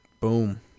boom